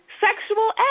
sexual